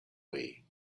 way